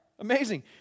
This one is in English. Amazing